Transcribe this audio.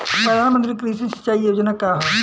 प्रधानमंत्री कृषि सिंचाई योजना का ह?